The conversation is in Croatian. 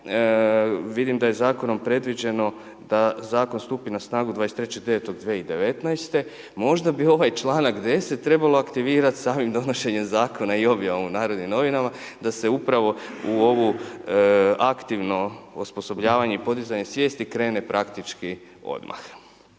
vidim da je zakonom predviđeno da zakon stupi na snagu 23.09.2019., možda bi ovaj članak 10. trebalo aktivirati sa ovim donošenjem zakona i objavom u Narodnim novinama da se upravo u ovo aktivno osposobljavanje i podizanje svijesti, krene praktički odmah.